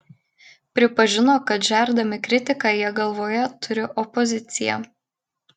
pripažino kad žerdami kritiką jie galvoje turi opoziciją